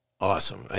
Awesome